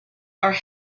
are